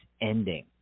ending